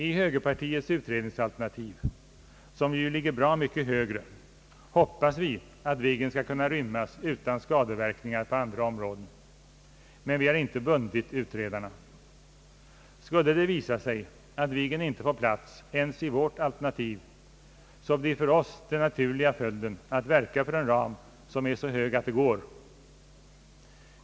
I högerpartiets utredningsalternativ — som ju ligger bra mycket högre — hoppas vi att Viggen skall kunna rymmas utan skadeverkningar på andra områden, men vi har inte bundit utredarna. Skulle det visa sig att Viggen inte får plats ens i vårt alternativ, så blir för oss den naturliga följden att verka för en ram som är så hög att detta blir möjligt.